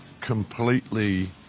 completely